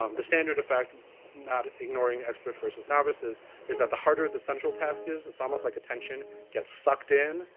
um the standard effect not ignoring expert versus novices is that the harder the central task is it's almost like attention get sucked in,